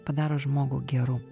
padaro žmogų geru